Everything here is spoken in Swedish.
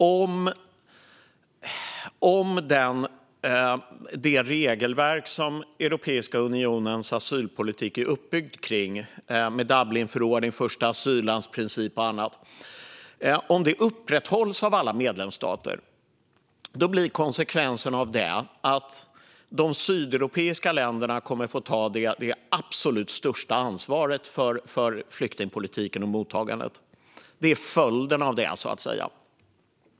Om det regelverk som Europeiska unionens asylpolitik är uppbyggd runt, med Dublinförordningen, förstaasyllandsprincipen och annat, upprätthålls av alla medlemsstater blir konsekvensen att de sydeuropeiska länderna kommer att få ta det absolut största ansvaret för flyktingpolitiken och mottagandet. Det skulle bli följden av det.